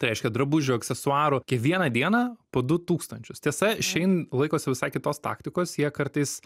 tai reiškia drabužių aksesuarų kiekvieną dieną po du tūkstančius tiesa šein laikosi visai kitos taktikos jie kartais